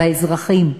באזרחים,